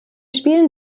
spielen